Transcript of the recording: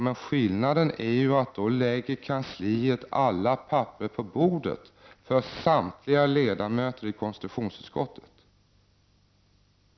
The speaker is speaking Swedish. Men skillnaden är att kansliet lägger alla papper på bordet för samtliga ledamöter i konstitutionsutskottet.